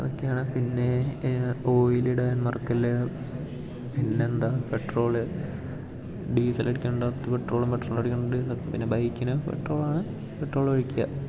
അതൊക്കെയാണ് പിന്നെ ഓയിലിടാൻ മറക്കല്ലേ പിന്നെന്താ പെട്രോൾ ഡീസൽ അടിക്കേണ്ട അത്ത് പെട്രോളും പെട്രോളടിക്കത്ത് പിന്നെ ബൈക്കിന് പെട്രോളാണ് പെട്രോൾ ഒഴിക്കുക